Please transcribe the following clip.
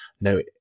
no